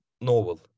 novel